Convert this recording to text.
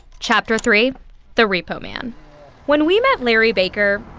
chapter three the repo man when we met larry baker,